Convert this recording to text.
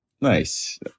Nice